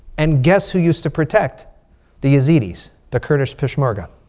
and guess who used to protect the yazidis? the kurdish peshmerga.